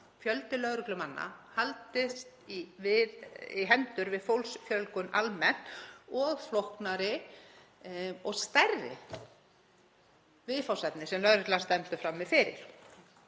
fjöldi lögreglumanna haldist í við í hendur við fólksfjölgun almennt og flóknari og stærri viðfangsefni sem lögreglan stendur frammi fyrir.